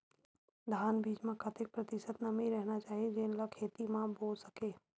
धान बीज म कतेक प्रतिशत नमी रहना चाही जेन ला खेत म बो सके?